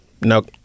No